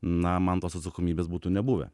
na man tos atsakomybės būtų nebuvę